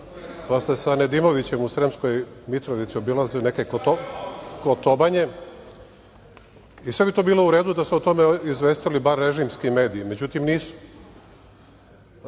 pa sa Nedimovićem u Sremskoj Mitrovici, obilazili ste neke kotobanje. I sve bi to bilo u redu da ste o tome izvestili bar režimski medij. Međutim, nisu.